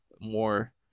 more